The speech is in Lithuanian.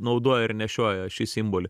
naudoja ir nešioja šį simbolį